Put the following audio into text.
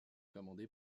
commandé